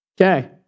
Okay